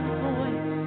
voice